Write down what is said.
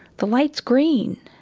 the light's green.